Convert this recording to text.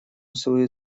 свою